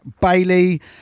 Bailey